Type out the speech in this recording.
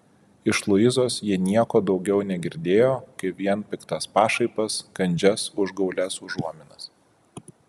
iš luizos ji nieko daugiau negirdėjo kaip vien piktas pašaipas kandžias užgaulias užuominas